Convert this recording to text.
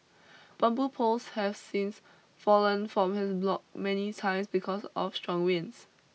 bamboo poles have since fallen from his block many times because of strong winds